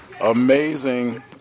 amazing